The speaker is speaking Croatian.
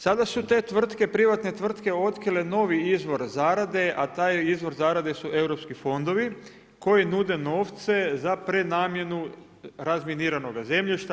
Sada su te tvrtke, privatne tvrtke otkrile novi izvor zarade a taj izvor zarade su EU fondovi koji nude novce za prenamjenu razminiranoga zemljišta.